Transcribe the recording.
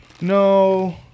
No